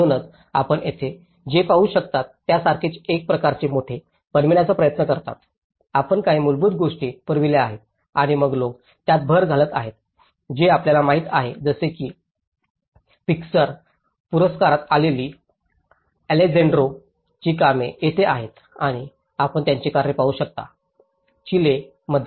म्हणूनच आपण येथे जे पाहू शकता त्यासारखेच ते एक प्रकारचे मोठे बनवण्याचा प्रयत्न करतात आपण काही मूलभूत गोष्टी पुरविल्या आहेत आणि मग लोक त्यात भर घालत आहेत हे आपल्याला माहित आहे जसे की प्रीझ्कर पुरस्कारात आलेली अलेजेंड्रोAlejandro's ची कामे येथे आहेत आणि आपण त्याचे कार्य पाहू शकता चिली मध्ये